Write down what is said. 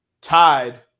Tied